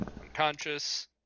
unconscious